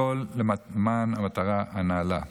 הכול למען המטרה הנעלה.